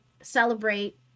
celebrate